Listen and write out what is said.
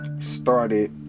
started